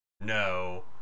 No